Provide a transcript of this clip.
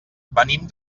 venim